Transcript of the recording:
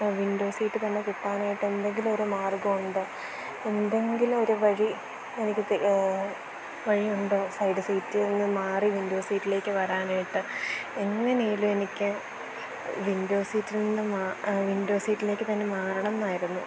window seat തന്നെ കിട്ടാനായിട്ട് എന്തെങ്കിലും ഒരു മാർഗ്ഗം ഉണ്ടോ എന്തെങ്കിലും ഒരു വഴി എനിക്ക് വഴിയുണ്ടോ സൈഡ് സീറ്റിൽ നിന്ന് മാറി വിൻഡോ സീറ്റിലേക്ക് വരാനായിട്ട് എങ്ങനെയെങ്കിലും എനിക്ക് വിൻഡോ സീറ്റിൽനിന്ന് വിൻഡോ സീറ്റിലേക്ക് തന്നെ മാറണമെന്നായിരുന്നു